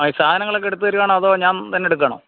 ആ ഈ സാധനങ്ങളൊക്കെ എടുത്തുതരികയാണോ അതോ ഞാന് തന്നെയെടുക്കുകയാണോ